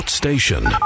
Station